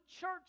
church